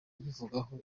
mbivugaho